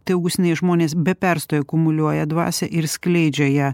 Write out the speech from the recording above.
tai augustinai žmonės be perstojo akumuliuoja dvasią ir skleidžia ją